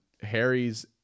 harry's